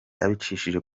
abicishije